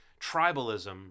tribalism